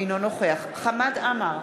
אינו נוכח חמד עמאר,